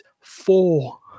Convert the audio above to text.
Four